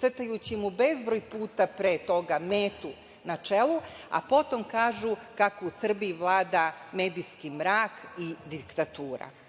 crtajući mu bezbroj puta pre toga metu na čelu, a potom kažu kako u Srbiji vlada medijski mrak i diktatura. Da